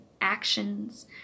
actions